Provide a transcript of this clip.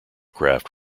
craft